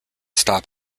stop